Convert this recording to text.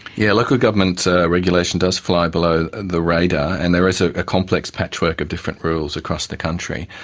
yeah local government regulation does fly below the radar, and there is a ah complex patchwork of different rules across the country.